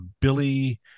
billy